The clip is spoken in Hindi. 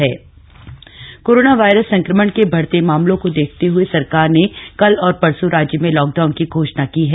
लॉकडाउन उत्तराखंड कोरोना वायरस संक्रमन के बढ़ते मामलों को देखते हए सरकार ने कल और परसो राज्य में लॉकडाउन की घोषणा की है